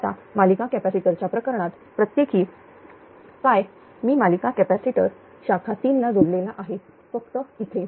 आता मालिका कॅपॅसिटर च्या प्रकरणात प्रत्येकी काय मी मालिका कॅपॅसिटर शाखा 3 ला जोडलेला आहे फक्त इथे